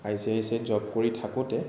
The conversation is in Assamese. আই চি আই চি আইত জব কৰি থাকোঁতে